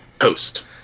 Host